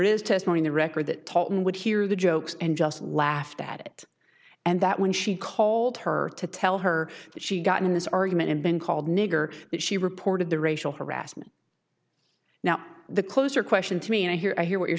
is testimony the record that top one would hear the jokes and just laughed at and that when she called her to tell her that she got in this argument i've been called nigger but she reported the racial harassment now the closer question to me and i hear i hear what you're